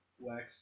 wax